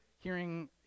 hearing